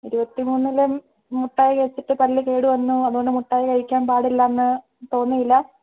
ഇരുപത്തിമൂന്നിലും മിഠായി കഴിച്ചിട്ട് പല്ല് കേട് വന്നു അതുകൊണ്ട് മിഠായി കഴിക്കാന് പാടില്ല എന്ന് തോന്നിയില്ല